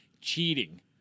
cheating